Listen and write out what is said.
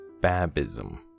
Babism